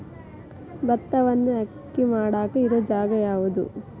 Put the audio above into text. ಭತ್ತವನ್ನು ಅಕ್ಕಿ ಮಾಡಾಕ ಇರು ಜಾಗ ಯಾವುದು?